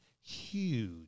Huge